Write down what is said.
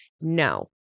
no